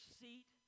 seat